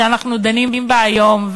שאנחנו דנים בה היום,